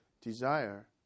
desire